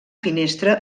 finestra